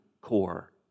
core